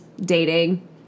dating